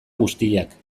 guztiak